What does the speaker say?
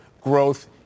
growth